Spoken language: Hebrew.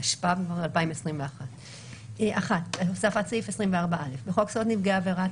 התשפ"א 2021 הוספת סעיף 24א 1. בחוק זכויות נפגעי עבירה,